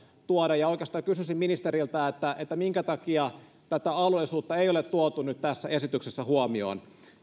tuoda oikeastaan kysyisin ministeriltä minkä takia alueellisuutta ei ole otettu nyt tässä esityksessä huomioon